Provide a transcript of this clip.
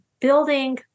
building